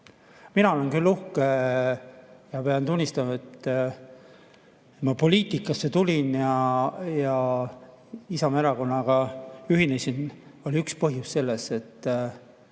Mina olen küll uhke ja pean tunnistama, et kui ma poliitikasse tulin ja Isamaa Erakonnaga ühinesin, oli üks põhjus selles, et